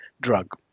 drug